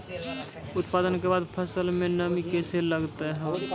उत्पादन के बाद फसल मे नमी कैसे लगता हैं?